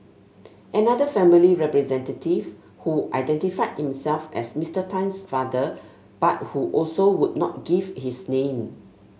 another family representative who identified himself as Mr Tan's father but who also would not give his name